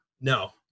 No